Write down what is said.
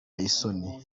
isoni